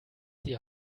die